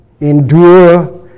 endure